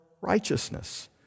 righteousness